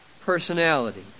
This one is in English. personality